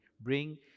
bring